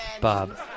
Bob